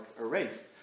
erased